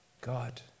God